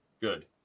Good